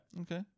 Okay